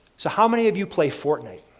so, how many of you play fortnite?